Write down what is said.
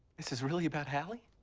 this is really about hallie?